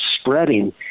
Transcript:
spreading